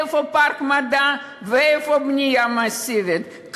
איפה פארק מדע ואיפה בנייה מסיבית,